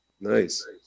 Nice